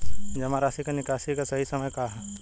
जमा राशि क निकासी के सही समय का ह?